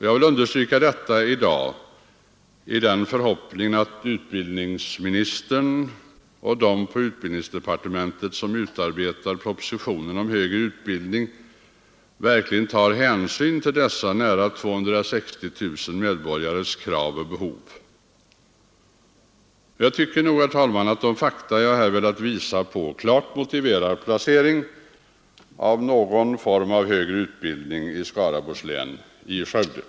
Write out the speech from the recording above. Jag vill understryka detta i dag i den förhoppningen att utbildningsministern och de på utbildningsdepartementet som utarbetar propositionen om högre utbildning verkligen tar hänsyn till dessa nära 260 000 medborgares krav och behov. Jag tycker nog, herr talman, att de fakta jag här velat visa på klart motiverar placering av någon form av högre utbildning i Skaraborgs län, i Skövde.